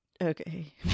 Okay